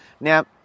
Now